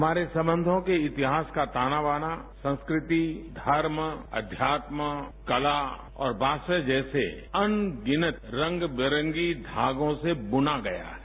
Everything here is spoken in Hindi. हमारे संबंघों के इतिहास का ताना बाना संस्कृ ति धर्म अध्यात्म कला और भाषा जैसे अन गिनत रंग बिरंगी धागों से बुना गया है